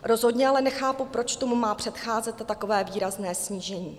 Rozhodně ale nechápu, proč tomu má předcházet takové výrazné snížení.